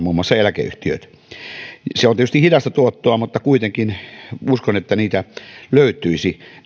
muun muassa eläkeyhtiöt tulevat siihen mukaan se on tietysti hidasta tuottoa mutta kuitenkin uskon että sijoittajia löytyisi